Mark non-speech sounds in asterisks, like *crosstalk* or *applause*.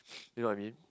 *noise* you know what I mean